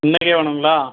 இன்றைக்கே வேணுங்களா